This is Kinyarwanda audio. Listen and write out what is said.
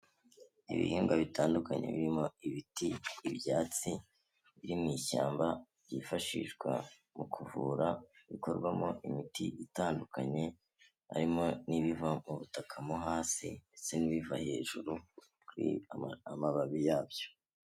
Ibihingwa bitandukanye birimo, ibiti, ibyatsi biri mu ishyamba, byifashishwa mu kuvura bikorwamo imiti itandukanye, harimo n'ibiva mu butaka mo hasi ndetse n'ibiva hejuru amababi yabyo.